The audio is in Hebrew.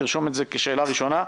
תרשום את זה כשאלה הראשונה.